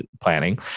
planning